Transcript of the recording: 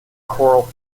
coral